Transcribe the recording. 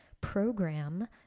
program